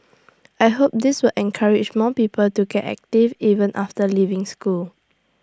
I hope this will encourage more people to get active even after leaving school